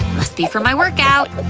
must be from my workout.